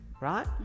right